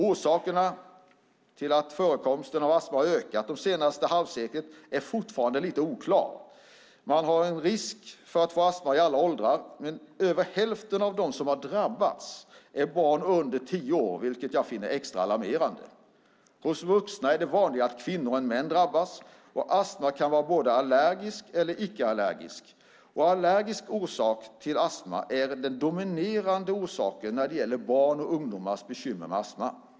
Orsakerna till att förekomsten av astma har ökat under det senaste halvseklet är fortfarande lite oklara. Man löper risk att få astma i alla åldrar. Men över hälften av dem som har drabbats är barn under tio år, vilket jag finner extra alarmerande. Hos vuxna är det vanligare att kvinnor drabbas än män. Astma kan vara både allergisk och icke-allergisk. Allergisk orsak till astma är den dominerande orsaken när det gäller barns och ungdomars bekymmer med astma.